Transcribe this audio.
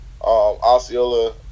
Osceola